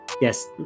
yes